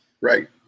right